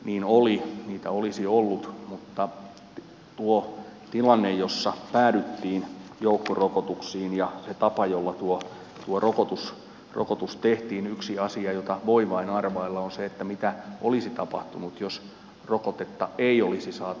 niin oli niitä olisi ollut mutta tuossa tilanteessa jossa päädyttiin joukkorokotuksiin ja siinä tavassa jolla tuo rokotus tehtiin yksi asia jota voi vain arvailla on se mitä olisi tapahtunut jos rokotetta ei olisi saatu